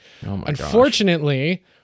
unfortunately